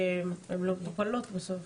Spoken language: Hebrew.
הן לא מטופלות בסוף?